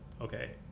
Okay